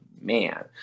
man